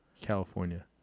California